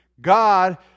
God